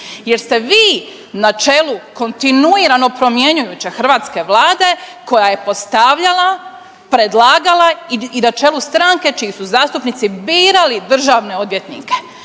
jer ste vi na čelu kontinuirano promjenjujuće hrvatske Vlade koja je postavljala, predlagala i na čelu stranke čiji su zastupnici birali državne odvjetnike